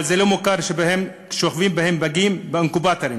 אבל זה לא מוכר כששוכבים בהן פגים באינקובטורים.